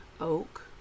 oak